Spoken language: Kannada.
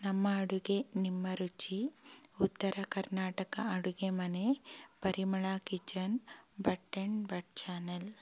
ನಮ್ಮ ಅಡುಗೆ ನಿಮ್ಮ ರುಚಿ ಉತ್ತರ ಕರ್ನಾಟಕ ಅಡುಗೆಮನೆ Parimala kitchen but and but channel